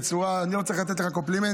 בצורה, אני לא צריך לתת לך קומפלימנטים,